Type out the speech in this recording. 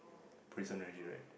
prison already right